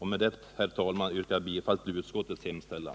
Herr talman! Jag yrkar bifall till utskottets hemställan.